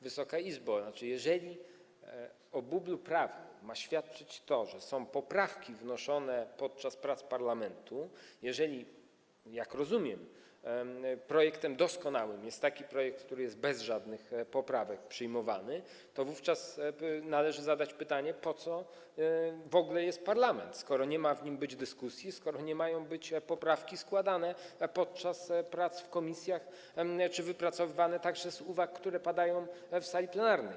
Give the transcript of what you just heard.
Wysoka Izbo, jeżeli o bublu prawnym ma świadczyć to, że są poprawki wnoszone podczas prac parlamentu, jeżeli, jak rozumiem, projektem doskonałym jest taki projekt, który jest bez żadnych poprawek przyjmowany, to wówczas należy zadać pytanie, po co w ogóle jest parlament, skoro nie ma być w nim dyskusji, skoro nie mają być poprawki składane podczas prac w komisjach czy wypracowywane także na podstawie uwag, które padają na sali plenarnej.